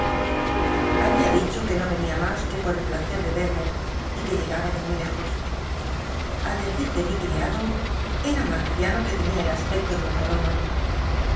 llabia dicho que no venia mas que por el placer do verme y que llegaba de muy lejos al decil do mi criado em un anciano que tenia el aspecto de un colono